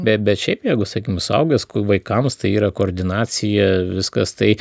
bet bet šiaip jeigu sakykim suaugęs vaikams tai yra koordinacija viskas tai